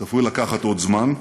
צפוי שייקח עוד זמן,